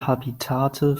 habitate